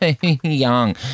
young